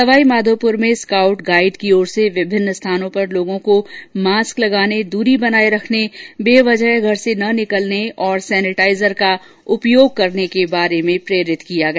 सवाईमाधोपुर में scout guide की ओर से विभिन्न स्थानों पर लोगों को मास्क लगाने दूरी बनाये रखने बेवजह घर से न निकलने और सनेटाईजर का उपयोग करने के बारे में प्रेरित किया गया